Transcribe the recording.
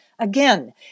Again